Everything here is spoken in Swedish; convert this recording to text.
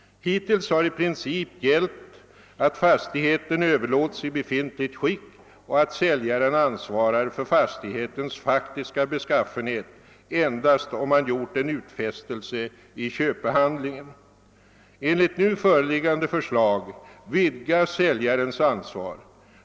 Hittills har i princip gällt att fastigheten överlåtits i befintligt skick och att säljaren ansvarar för fastighets fak tiska beskaffenhet endast om han gjort en utfästelse härom i köpehandlingen. Enligt det nu föreliggande förslaget vidgas säljarens ansvar.